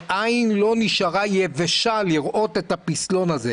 ועין לא נשארה יבשה לראות את הפסלון הזה